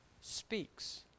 speaks